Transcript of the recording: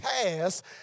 past